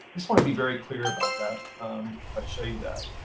just want to be very clear about that if i show you that.